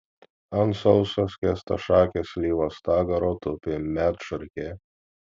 ant sauso skėstašakės slyvos stagaro tupi medšarkė